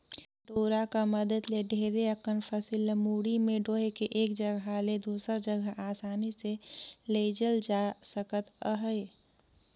डोरा कर मदेत ले ढेरे अकन फसिल ल मुड़ी मे डोएह के एक जगहा ले दूसर जगहा असानी ले लेइजल जाए सकत अहे